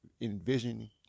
envisioning